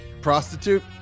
prostitute